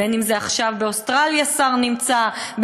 ועכשיו שר נמצא באוסטרליה,